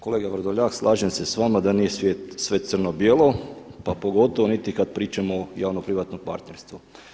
Kolega Vrdoljak, slažem se s vama da nije sve crno-bijelo, pa pogotovo niti kada pričamo o javnoprivatnom partnerstvu.